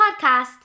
podcast